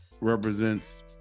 represents